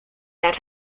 that